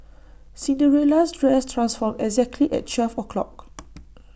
Cinderella's dress transformed exactly at twelve o'clock